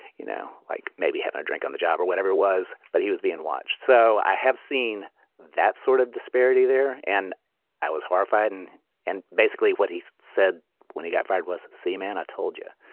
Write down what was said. you know, like maybe having a drink on the job or whatever it was that he was being watched. so i have seen that sort of disparity there. and i was horrified. and and basically what he said when he got fired was semana told you.